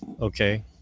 okay